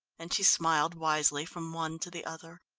and she smiled wisely from one to the other.